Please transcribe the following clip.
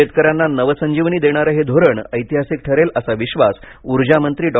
शेतकऱ्यांना नवसंजीवनी देणारं हे धोरण ऐतिहासिक ठरेल असा विश्वास ऊर्जामंत्री डॉ